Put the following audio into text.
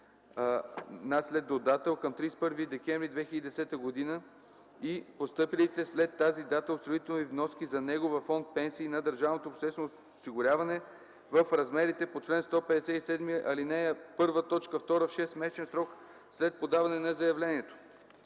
наследодател към 31 декември 2010 г., и постъпилите след тази дата осигурителни вноски за него във фонд „Пенсии” на държавното обществено осигуряване в размерите по чл. 157, ал. 1, т. 2 в 6-месечен срок след подаване на заявлението.